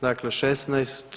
Dakle 16.